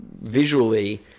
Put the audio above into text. visually